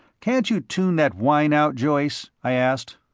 can't you tune that whine out, joyce? i asked.